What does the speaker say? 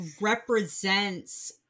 represents